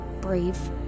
brave